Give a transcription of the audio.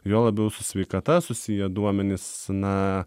juo labiau su sveikata susiję duomenys na